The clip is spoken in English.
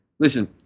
Listen